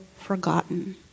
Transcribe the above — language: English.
forgotten